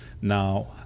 now